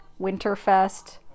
Winterfest